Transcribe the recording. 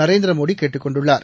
நரேந்திரமோடி கேட்டுக் கொண்டுள்ளார்